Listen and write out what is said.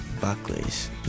Buckley's